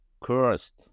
cursed